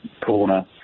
corner